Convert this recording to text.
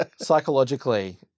Psychologically